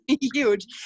Huge